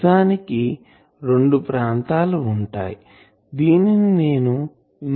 నిజానికి రెండు ప్రాంతాలు ఉంటాయిదీనిని నేను ఇంకో రంగు లో గీస్తాను